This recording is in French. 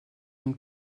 une